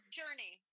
journey